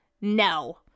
no